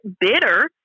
bitter